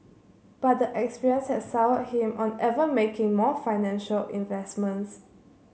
but the experience has soured him on ever making more financial investments